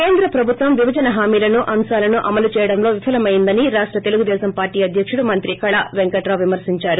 కేంద్ర ప్రభుత్వం విభజనా హామీలను అంశాలను అమలు చేయడంలో విఫలమైందని రాష్టశ్ తెలుగు దేశం పార్టీ అధ్యకుడు మంత్రి కళా పెంకట్రావు విమర్శించారు